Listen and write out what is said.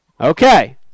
Okay